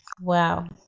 Wow